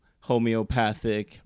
homeopathic